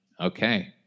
Okay